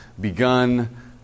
begun